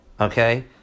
okay